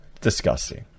disgusting